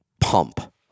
pump